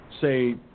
say